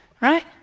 right